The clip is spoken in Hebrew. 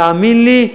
תאמין לי,